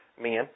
men